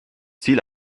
ziel